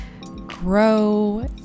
grow